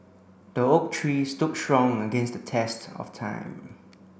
the oak tree stood strong against the test of time